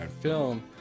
film